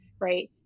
right